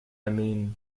mean